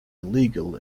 illegal